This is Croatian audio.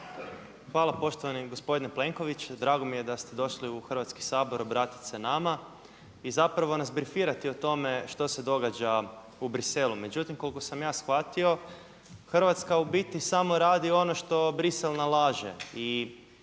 Hvala. Poštovani gospodine Plenković, drago mi je da ste došli u Hrvatski sabor obratiti se nama i zapravo nas brifirati o tome što se događa u Bruxellesu. Međutim koliko sam ja shvatio Hrvatska u biti samo radi ono što Bruxelles nalaže